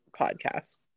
podcast